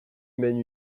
mène